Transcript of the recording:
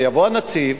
יבוא הנציב,